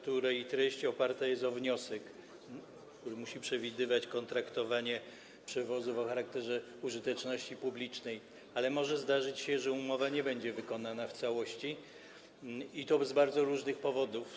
Treść tej umowy oparta jest na wniosku i musi przewidywać kontraktowanie przewozów o charakterze użyteczności publicznej, ale może się zdarzyć, że umowa nie będzie wykonana w całości, i to z bardzo różnych powodów.